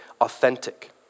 authentic